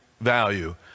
value